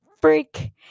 freak